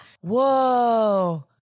Whoa